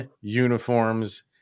uniforms